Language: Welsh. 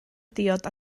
diod